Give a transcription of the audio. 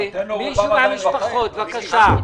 מישהו מן המשפחות, בבקשה.